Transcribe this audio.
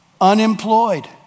unemployed